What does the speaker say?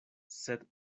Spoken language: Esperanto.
sed